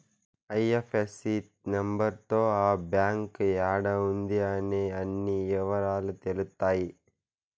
IFSC number తో ఆ bank యాడా ఉంది అనే అన్ని ఇవరాలు తెలుత్తాయి